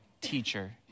teacher